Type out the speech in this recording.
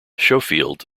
schofield